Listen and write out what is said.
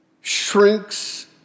shrinks